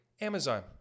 Amazon